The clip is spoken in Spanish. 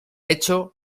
hecho